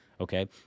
okay